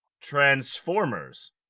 Transformers